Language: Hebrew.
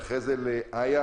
ואחר כך לאיה,